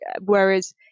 whereas